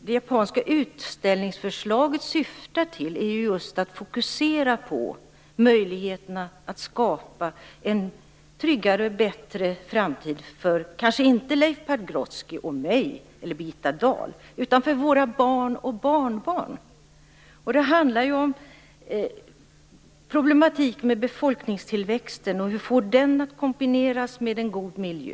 Det japanska utställningsförslaget syftar till att fokusera på möjligheterna att skapa en tryggare och bättre framtid - kanske inte för Leif Pagrotsky, mig och Birgitta Dahl, utan för våra barn och barnbarn. Det hela handlar om problemen med befolkningstillväxten i kombination med en god miljö.